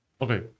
okay